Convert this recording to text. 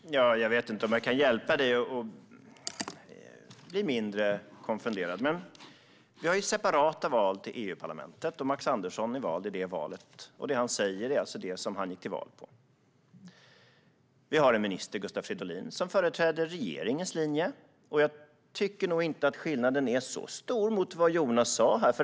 Fru talman! Jag vet inte om jag kan hjälpa dig, Håkan Svenneling, att bli mindre konfunderad. Vi har separata val till EU-parlamentet, och Max Andersson är vald i det valet. Det han säger är alltså det han gick till val på. Vi har en minister, Gustav Fridolin, som företräder regeringens linje, och jag tycker nog inte att skillnaden är så stor jämfört med vad Jonas sa.